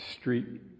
street